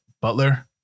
Butler